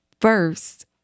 First